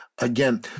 Again